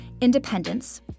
independence